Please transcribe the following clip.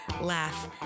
laugh